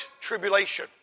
Tribulation